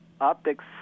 Optics